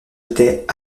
était